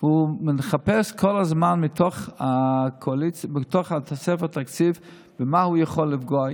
הוא מחפש כל הזמן מתוך תוספת התקציב במה הוא יכול לפגוע.